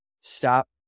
stop